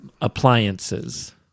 appliances